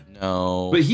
No